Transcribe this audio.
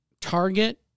target